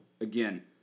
again